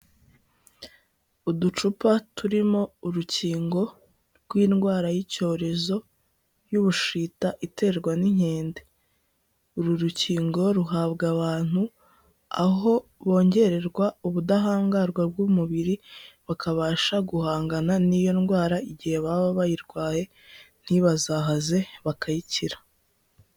Uducupa turimo urukingo rw'indwara y'icyorezo y'ubushita iterwa n'inkende. Uru rukingo ruhabwa abantu, aho bongererwa ubudahangarwa bw'umubiri, bakabasha guhangana n'iyo ndwara igihe baba bayirwaye ntibazahaze bakayikira.